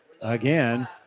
again